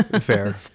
fair